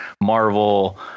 Marvel